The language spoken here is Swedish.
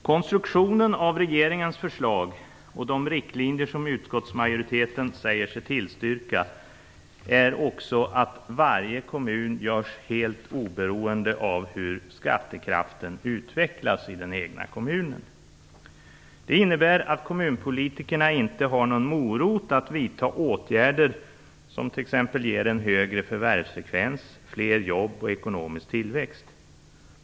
Konstruktionen av regeringens förslag - och de riktlinjer som utskottsmajoriteten säger sig tillstyrka - är också att varje kommun görs helt oberoende av hur skattekraften utvecklas i den egna kommunen. Det innebär att kommunpolitikerna inte har någon morot att vidta åtgärder som t.ex. ger en högre förvärvsfrekvens, fler jobb och ekonomisk tillväxt.